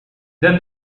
then